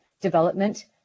development